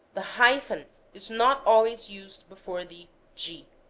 the hyphen is not always used before the de